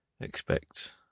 expect